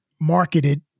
marketed